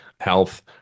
health